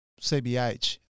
CBH